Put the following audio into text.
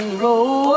roll